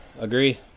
Agree